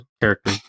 character